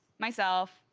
myself,